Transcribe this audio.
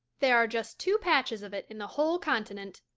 there are just two patches of it in the whole continent,